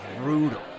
brutal